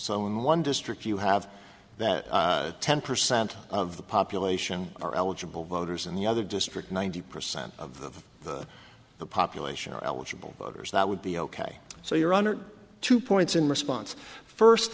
so in one district you have that ten percent of the population are eligible voters and the other district ninety percent of the population are eligible voters that would be ok so you're under two points in response first